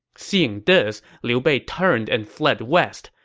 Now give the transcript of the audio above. seeing this, liu bei turned and fled west.